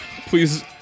please